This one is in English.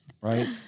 right